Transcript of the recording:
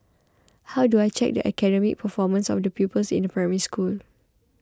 how do I check the academic performance of the pupils in a Primary School